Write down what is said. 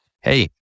Hey